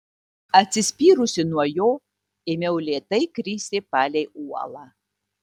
atsispyrusi nuo jo ėmiau lėtai kristi palei uolą